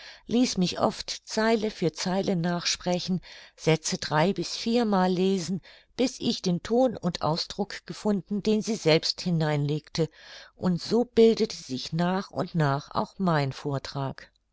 ließ mich oft zeile für zeile nachsprechen sätze drei bis vier mal lesen bis ich den ton und ausdruck gefunden den sie selbst hinein legte und so bildete sich nach und nach auch mein vortrag